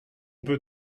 peut